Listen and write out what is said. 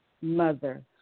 mother